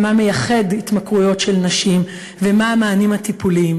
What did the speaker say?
מה מייחד התמכרויות של נשים ומה המענים הטיפוליים.